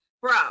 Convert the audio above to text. Bro